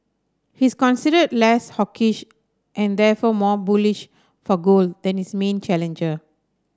he is considered less hawkish and therefore more bullish for gold than his main challenger